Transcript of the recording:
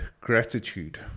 gratitude